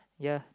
ya